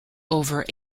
over